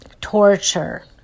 torture